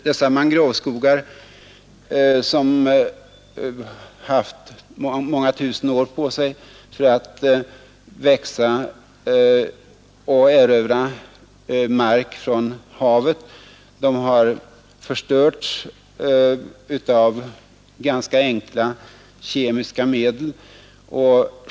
Dessa mangroveskogar, som haft många tusen år på sig för att växa och erövra mark från havet, har förstörts med ganska enkla kemiska medel.